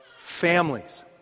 families